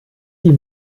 die